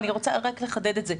אני רוצה לחדד את זה.